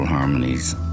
harmonies